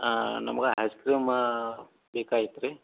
ಹಾಂ ನಮ್ಗೆ ice cream ಬೇಕಾಗಿತ್ತು ರೀ